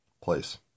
place